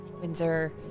Windsor